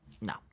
No